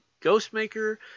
Ghostmaker